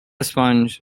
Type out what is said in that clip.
sponge